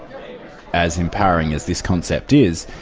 as empowering as this concept is,